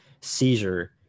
seizure